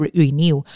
renew